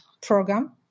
program